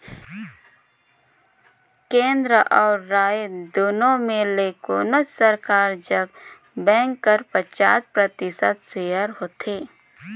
केन्द्र अउ राएज दुनो में ले कोनोच सरकार जग बेंक कर पचास परतिसत सेयर होथे